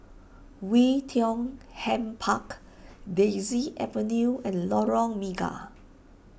Oei Tiong Ham Park Daisy Avenue and Lorong Mega